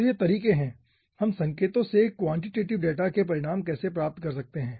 तो ये तरीके हैं हम संकेतों से क्वांटेटिव डेटा के परिणाम कैसे प्राप्त कर सकते हैं